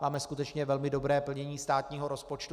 Máme skutečně velmi dobré plnění státního rozpočtu.